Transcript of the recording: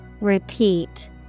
Repeat